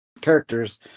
characters